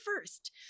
first